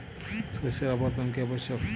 শস্যের আবর্তন কী আবশ্যক?